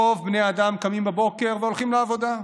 רוב בני האדם קמים בבוקר והולכים לעבודה,